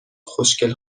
خوشگل